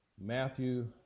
Matthew